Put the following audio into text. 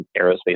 aerospace